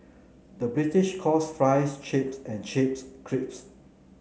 the British calls fries chips and chips crisps